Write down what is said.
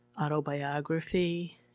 autobiography